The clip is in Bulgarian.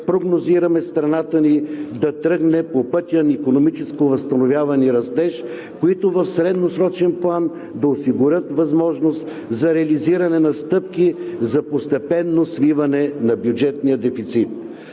прогнозираме страната ни да тръгне по пътя на икономическо възстановяване и растеж, които в средносрочен план да осигурят възможност за реализиране на стъпки за постепенно свиване на бюджетния дефицит.